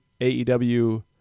AEW